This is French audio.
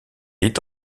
est